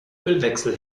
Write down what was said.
ölwechsel